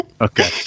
Okay